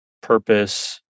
purpose